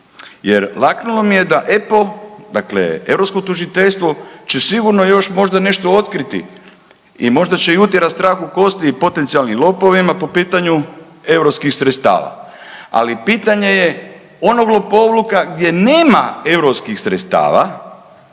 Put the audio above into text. jer laknulo mi je da EPO, dakle europsko tužiteljstvo će sigurno još možda nešto otkriti i možda će utjerati i strah u kosti i potencijalnim lopovima po pitanju europskih sredstava, ali pitanje je onog lopovluka gdje nema europskih sredstava